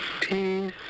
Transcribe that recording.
Peace